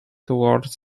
towards